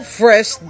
fresh